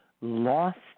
lost